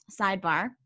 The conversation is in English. sidebar